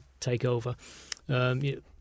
takeover